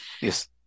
Yes